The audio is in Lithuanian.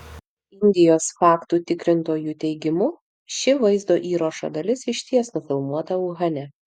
indijos faktų tikrintojų teigimu ši vaizdo įrašo dalis išties nufilmuota uhane